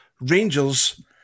Rangers